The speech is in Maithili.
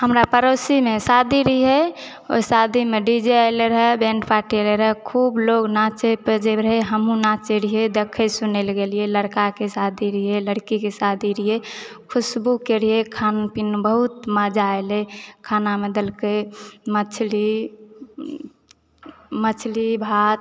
हमरा पड़ोसीमे शादी रहै ओहि शादीमे डी जे आयल रहै बैण्डपार्टी रहेय खूब लोक नाचै बजेबै हमहुँ नाचै रहियै देखए सुनए लए गेलियै लड़काके शादी रहै लड़की के शादी रहै खुशबू के रिहै खान पीन बहुत मजा एलै खाना मे देलकै मछली मछली भात